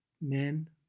men